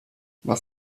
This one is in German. was